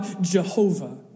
Jehovah